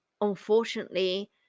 unfortunately